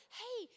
hey